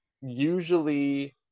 Usually